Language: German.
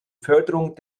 förderung